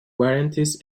guarantees